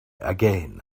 again